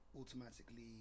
automatically